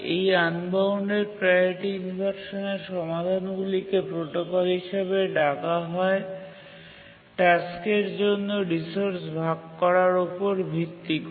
এই unbounded priority ইনভারসানের সমাধানগুলিকে প্রোটোকল হিসাবে ডাকা হয় টাস্কের জন্য রিসোর্স ভাগ করার উপর ভিত্তি করে